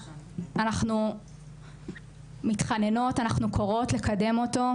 אנחנו מתחננות, אנחנו קוראות לקדם אותו.